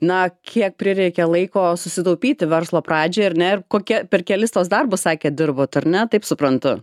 na kiek prireikė laiko susitaupyti verslo pradžiai ar ne ir kokia per kelis tuos darbus sakėt dirbot ar ne taip suprantu